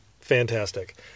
fantastic